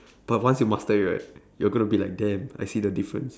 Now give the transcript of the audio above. but once you master it right you're going to be like damn I see the difference